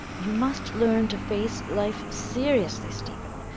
you must learn to face life seriously, stephen.